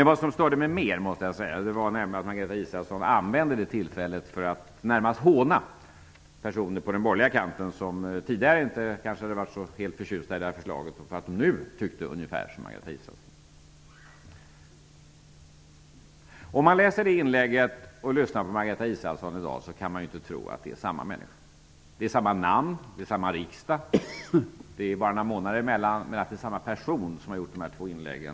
Vad som störde mig mer var att Margareta Israelsson använde det tillfället för att närmast håna personer på den borgerliga kanten, som tidigare kanske inte hade varit så förtjusta i förslaget, för att de nu tyckte ungefär som Margareta Israelsson. Om man läser det inlägget och sedan lyssnar på Margareta Israelsson i dag kan man inte tro att det är samma människa. Det är samma namn, det är samma riksdag, det är bara några månader emellan, men det är svårt att tro att det är samma person som har gjort de här två inläggen.